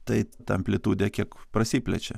tai ta amplitudė kiek prasiplečia